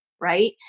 right